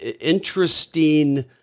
interesting